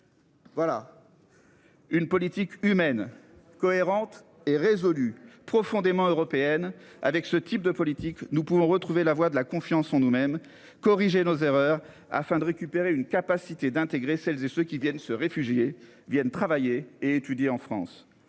Voilà. Une politique humaine, cohérente et résolue profondément européenne avec ce type de politique. Nous pouvons retrouver la voie de la confiance en nous-mêmes corriger nos erreurs afin de récupérer une capacité d'intégrer celles et ceux qui viennent se réfugier viennent travailler et étudier en France